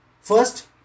first